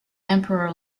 emperor